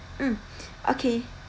mm okay